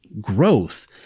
growth